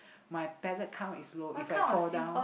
my platelet count is low if I fall down